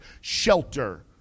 Shelter